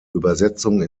übersetzung